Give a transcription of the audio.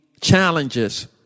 challenges